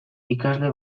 ikasle